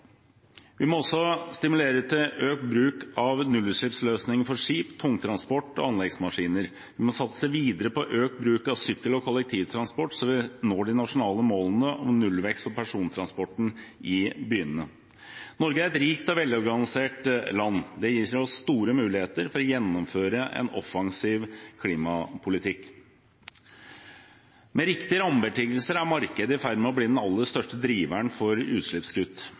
Vi må også stimulere til økt bruk av nullutslippsløsninger for skip, tungtransport og anleggsmaskiner. Vi må satse videre på økt bruk av sykkel og kollektivtransport, så vi når de nasjonale målene om nullvekst for persontransporten i byene. Norge er et rikt og velorganisert land. Det gir oss store muligheter for å gjennomføre en offensiv klimapolitikk. Med riktige rammebetingelser er markedet i ferd med å bli den aller største driveren for utslippskutt.